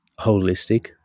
holistic